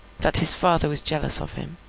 that his father was jealous of him